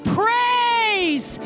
praise